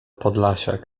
podlasiak